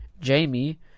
Jamie